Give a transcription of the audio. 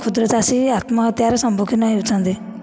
କ୍ଷୁଦ୍ରଚାଷୀ ଆସି ଆତ୍ମହତ୍ୟାର ସମ୍ମୁଖୀନ ହେଉଛନ୍ତି